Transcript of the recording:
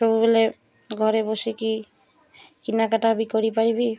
ସବୁବେଳେ ଘରେ ବସିକି କିଣା କାଟା ବି କରିପାରିବି